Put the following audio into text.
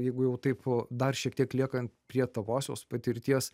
jeigu jau taip dar šiek tiek liekant prie tavosios patirties